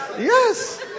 yes